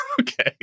Okay